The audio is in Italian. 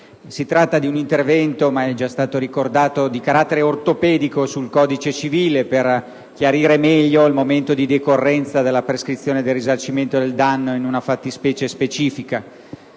Si tratta di un intervento - come è già stato sottolineato - di carattere ortopedico sul codice civile, finalizzato a chiarire meglio il momento di decorrenza della prescrizione del risarcimento del danno in una fattispecie specifica.